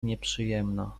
nieprzyjemna